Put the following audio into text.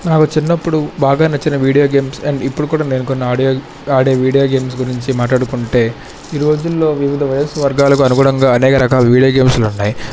నాకు చిన్నప్పుడు బాగా నచ్చిన వీడియో గేమ్స్ అండ్ ఇప్పుడు కూడా నేను కొన్ని ఆడియో ఆడే వీడియో గేమ్స్ గురించి మాట్లాడుకుంటే ఈరోజుల్లో వివిధ వయస్సు వర్గాలకు అనుగుణంగా అనేక రకాల వీడియో గేమ్స్లున్నాయి